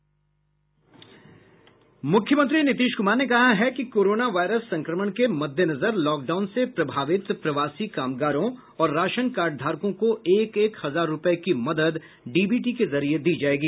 मूख्यमंत्री नीतीश कुमार ने कहा है कि कोरोना वायरस संक्रमण के मददेनजर लॉकडाउन से प्रभावित प्रवासी कामगारों और राशन कार्डधारकों को एक एक हजार रूपये की मदद डीबीटी के जरिये दी जायेगी